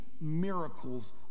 miracles